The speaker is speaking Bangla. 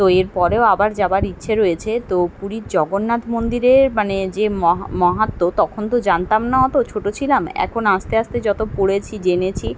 তো এরপরেও আবার যাওয়ার ইচ্ছে রয়েছে তো পুরীর জগন্নাথ মন্দিরের মানে যে মহা মাহাত্ম তখন তো জানতাম না অত ছোটো ছিলাম এখন আস্তে আস্তে যত পড়েছি জেনেছি